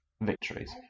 victories